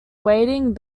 wading